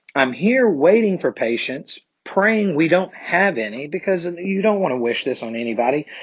i'm here waiting for patients, praying we don't have any because you don't want to wish this on anybody.